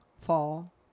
fall